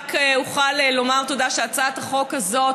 רק אוכל לומר תודה על כך שהצעת החוק הזאת